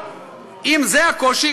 אם זה הקושי,